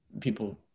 people